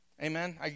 Amen